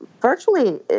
virtually